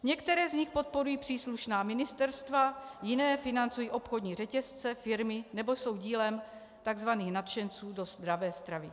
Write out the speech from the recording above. Některé z nich podporují příslušná ministerstva, jiná financují obchodní řetězce, firmy, nebo jsou dílem takzvaných nadšenců do zdravé stravy.